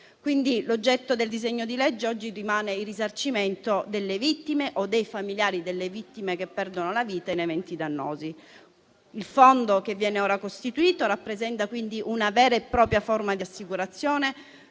L'oggetto del disegno di legge, quindi, oggi rimane il risarcimento delle vittime o dei familiari delle vittime che perdono la vita in eventi dannosi. Il fondo che viene ora costituito rappresenta, quindi, una vera e propria forma di assicurazione,